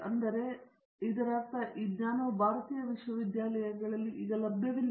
ಆದ್ದರಿಂದ ಇದರ ಅರ್ಥ ಈ ಜ್ಞಾನವು ಭಾರತೀಯ ವಿಶ್ವವಿದ್ಯಾಲಯಗಳಲ್ಲಿ ಲಭ್ಯವಿಲ್ಲ